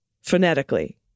phonetically